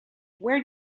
where